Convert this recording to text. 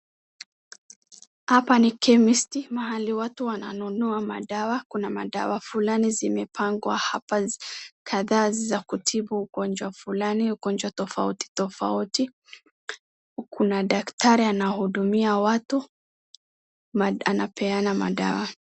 Hapa ni chemist mahali watu wananunua madawa. Kuna madawa fulani zimepangwa hapa kadhaa za kutibu ugonjwa fulani, ugonjwa tofauti tofauti. Kuna daktari anahudumia watu, anapeana madawa.